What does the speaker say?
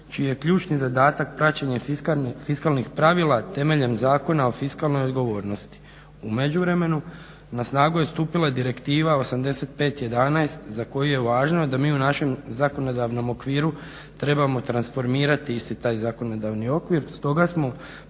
čiji je ključni zadatak praćenje fiskalnih pravila temeljem Zakona o fiskalnoj odgovornosti. U međuvremenu na snagu je stupila Direktiva 85/11 za koju je važno da mi u našem zakonodavnom okviru trebamo transformirati isti taj zakonodavni okvir. Stoga smo